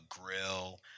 grill